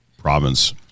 province